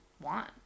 want